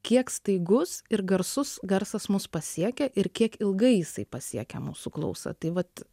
kiek staigus ir garsus garsas mus pasiekia ir kiek ilgai jisai pasiekia mūsų klausą tai vat